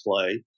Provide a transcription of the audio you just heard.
play